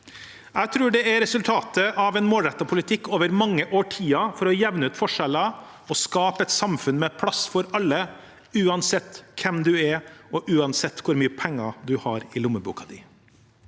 Jeg tror det er resultatet av en målrettet politikk over mange årtier for å jevne ut forskjeller og skape et samfunn med plass for alle uansett hvem du er, og uansett hvor mye penger du har i lommeboka di.